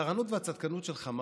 הטהרנות והצדקנות שלך,